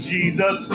Jesus